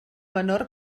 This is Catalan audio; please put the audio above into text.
menor